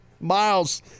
Miles